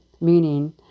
meaning